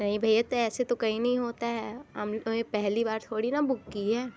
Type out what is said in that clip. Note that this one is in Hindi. नहीं भैया तो ऐसे तो कहीं नहीं होता है हमने पहली बार थोड़ी न बुक की है